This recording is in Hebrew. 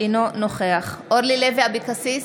אינו נוכח אורלי לוי אבקסיס,